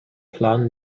plan